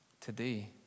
Today